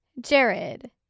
Jared